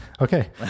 Okay